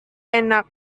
enak